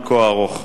התשובה, מייד.